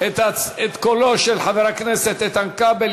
את קולו של חבר הכנסת איתן כבל,